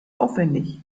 aufwendig